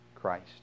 Christ